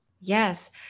Yes